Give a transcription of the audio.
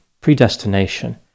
predestination